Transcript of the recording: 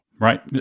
Right